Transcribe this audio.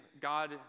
God